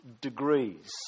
degrees